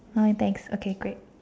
alright thanks okay great